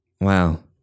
wow